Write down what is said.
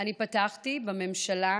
אני פתחתי בממשלה,